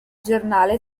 giornale